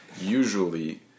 usually